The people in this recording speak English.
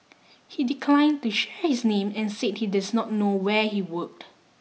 he declined to share his name and said he does not know where he worked